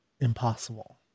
impossible